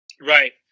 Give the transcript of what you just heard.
Right